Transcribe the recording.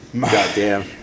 Goddamn